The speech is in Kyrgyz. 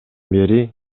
бери